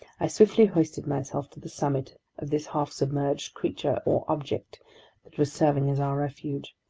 i swiftly hoisted myself to the summit of this half-submerged creature or object that was serving as our refuge.